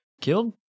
killed